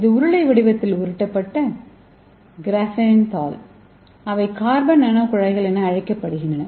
இது உருளை வடிவத்தில் உருட்டப்பட்ட கிராபெனின் தாள் அவை கார்பன் நானோகுழாய்கள் என அழைக்கப்படுகின்றன